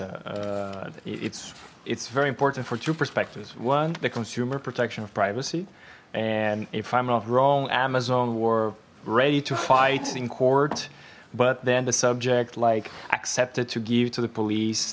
likes it's it's very important for two perspectives one the consumer protection of privacy and if i'm not wrong amazon were ready to fight in court but then the subject like accepted to give to the police